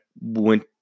went